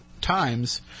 times –